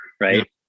right